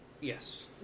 Yes